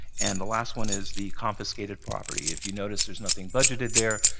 and the last one is the confiscated property. if you notice, there's nothing budgeted there,